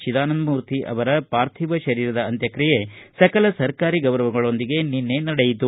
ಚಿದಾನಂದ ಮೂರ್ತಿ ಅವರ ಪಾರ್ಥಿವ ಶರೀರದ ಅಂತ್ಯಕ್ರಿಯೆ ಸಕಲ ಸರ್ಕಾರಿ ಗೌರವಗಳೊಂದಿಗೆ ನಿನ್ನೆ ನಡೆಯಿತು